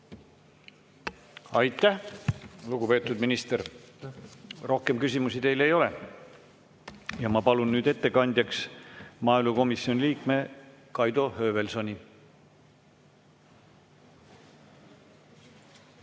Aitäh, lugupeetud minister! Rohkem küsimusi teile ei ole. Ma palun nüüd ettekandjaks maaelukomisjoni liikme Kaido Höövelsoni.